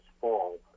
fall